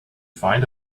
find